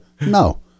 No